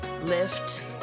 lift